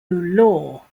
law